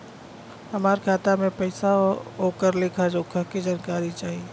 हमार खाता में पैसा ओकर लेखा जोखा के जानकारी चाही?